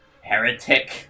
heretic